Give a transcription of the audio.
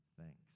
thanks